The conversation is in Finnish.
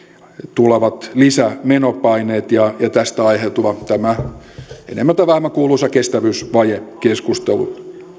tulevat lisämenopaineet ja tästä aiheutuva enemmän tai vähemmän kuuluisa kestävyysvajekeskustelu